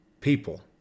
People